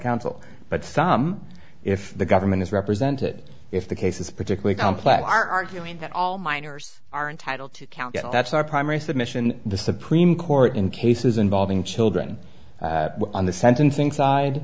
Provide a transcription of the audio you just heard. counsel but some if the government is represented if the cases particularly complex are arguing that all minors are entitled to count and that's our primary submission the supreme court in cases involving children on the sentencing side